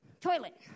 Toilet